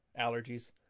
allergies